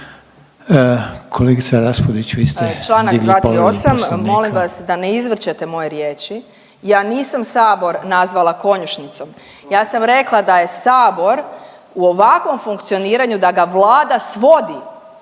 Marija (Nezavisni)** Članak 238. Molim vas da ne izvrćete moje riječi. Ja nisam Sabor nazvala konjušnicom, ja sam rekla da je Sabor u ovakvom funkcioniranju da ga Vlada svodi